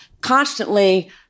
constantly